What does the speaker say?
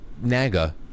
Naga